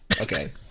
Okay